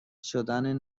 شدن